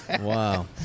Wow